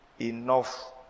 enough